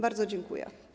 Bardzo dziękuję.